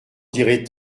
direz